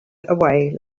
away